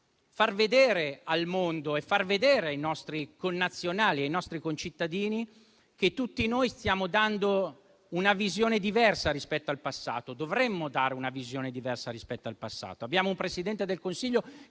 far vedere al mondo, ai nostri connazionali e ai nostri concittadini che tutti noi stiamo dando una visione diversa rispetto al passato. Dovremmo dare una visione diversa rispetto al passato.